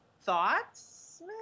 Thoughts